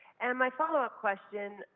and my follow-up question?